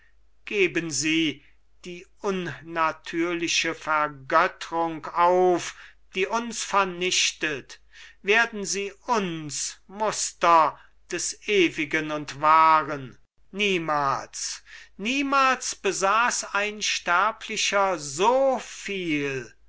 geben sie die unnatürliche vergöttrung auf die uns vernichtet werden sie uns muster des ewigen und wahren niemals niemals besaß ein sterblicher so viel